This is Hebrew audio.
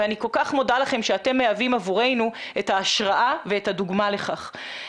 ואני כל כך מודה לכם שאתם מהווים עבורנו את ההשראה ואת הדוגמה לכך.